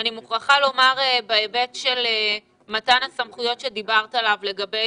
אני מוכרחה לומר בהיבט של מתן הסמכויות עליו דיברת לגבי